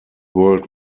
world